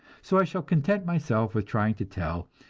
so i shall content myself with trying to tell,